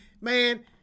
Man